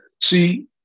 See